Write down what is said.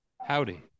howdy